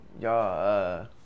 Y'all